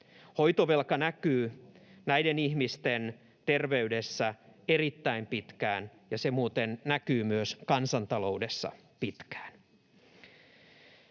Hoitovelka näkyy näiden ihmisten terveydessä erittäin pitkään, ja se muuten näkyy myös kansantaloudessa pitkään.